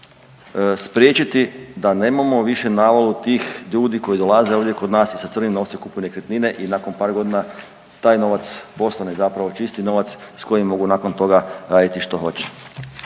spriječiti da nemamo više navalu tih ljudi koji dolaze ovdje kod nas i sa crnim novcem kupuju nekretnine i nakon par godina taj novac postane zapravo čisti novac s kojim mogu nakon toga raditi što hoće.